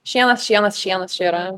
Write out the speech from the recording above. šienas šienas šienas čia yra